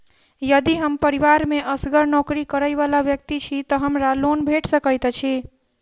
यदि हम परिवार मे असगर नौकरी करै वला व्यक्ति छी तऽ हमरा लोन भेट सकैत अछि?